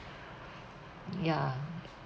ya